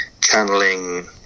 channeling